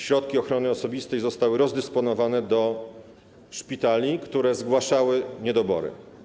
Środki ochrony osobistej zostały rozdysponowane do szpitali, które zgłaszały niedobory.